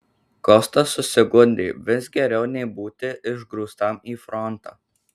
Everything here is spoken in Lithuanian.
kostas susigundė vis geriau nei būti išgrūstam į frontą